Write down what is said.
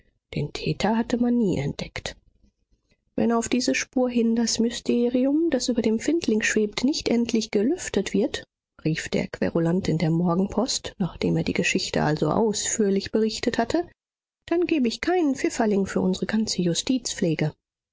den täter hatte man nie entdeckt wenn auf diese spur hin das mysterium das über dem findling schwebt nicht endlich gelüftet wird rief der querulant in der morgenpost nachdem er die geschichte also ausführlich berichtet hatte dann gebe ich keinen pfifferling für unsre ganze